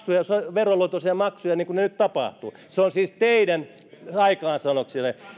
veronluontoisia maksuja niin kuin nyt on tapahtunut se on siis teidän aikaansaannoksianne